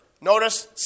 Notice